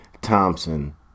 Thompson